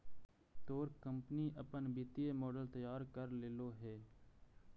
तोर कंपनी अपन वित्तीय मॉडल तैयार कर लेलो हे?